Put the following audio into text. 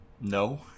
No